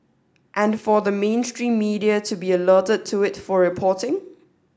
and for the mainstream media to be alerted to it for reporting